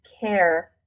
care